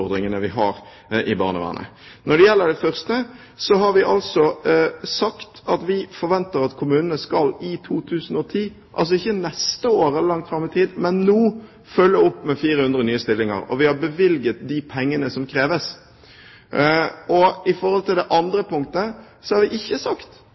vi har i barnevernet. Når det gjelder det første, har vi altså sagt at vi forventer at kommunene i 2010 – altså ikke neste år eller langt fram i tid, men nå – skal følge opp med 400 nye stillinger, og vi har bevilget de pengene som kreves. I forhold til det andre punktet har vi ikke sagt